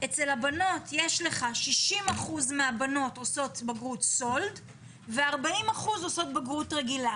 אצל הבנות יש לך 60% מהבנות עושות בגרות סולד ו-40% עושות בגרות רגילה,